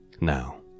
Now